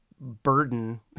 burden